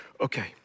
okay